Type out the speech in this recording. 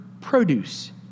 produce